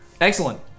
Excellent